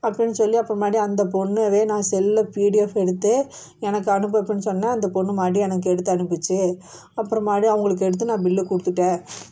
அப்பிடின்னு சொல்லி அப்புறோம் மறுபடி அந்த பொண்ணயே நான் செல்லில் பிடிஎஃப் எடுத்து எனக்கு அனுப்பு அப்படின்னு சொன்னேன் அந்த பெண்ணு மறுபடி எனக்கு எடுத்து அனுப்பிச்சு அப்புறோம் மறுபடி அவங்களுக்கு எடுத்து நான் பில்லு கொடுத்துட்டேன்